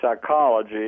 psychology